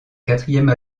quatrième